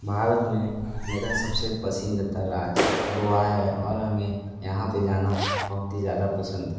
भारत में मेरा सब से पसंदीदा राज्य गोवा है और हमें यहाँ पर जाना बहुत ही ज़्यादा पसंद है